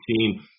seen